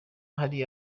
hari